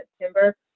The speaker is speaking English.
September